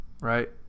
right